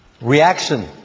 reaction